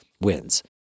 wins